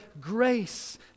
grace